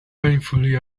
painfully